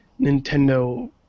Nintendo